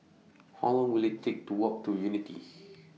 How Long Will IT Take to Walk to Unity